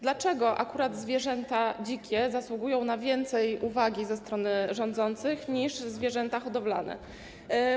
Dlaczego akurat zwierzęta dzikie zasługują na więcej uwagi ze strony rządzących niż zwierzęta hodowlane?